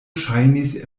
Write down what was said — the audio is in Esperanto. ŝajnis